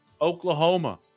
Oklahoma